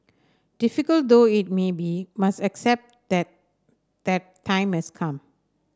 difficult though it may be must accept that that time has come